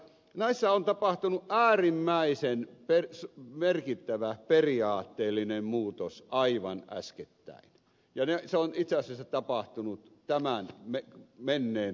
näissä on tapahtunut äärimmäisen merkittävä periaatteellinen muutos aivan äskettäin ja se on itse asiassa tapahtunut menneen talven aikana